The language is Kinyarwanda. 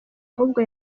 ahubwo